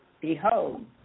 Behold